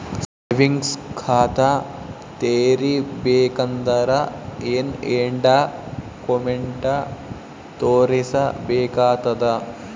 Savings ಖಾತಾ ತೇರಿಬೇಕಂದರ ಏನ್ ಏನ್ಡಾ ಕೊಮೆಂಟ ತೋರಿಸ ಬೇಕಾತದ?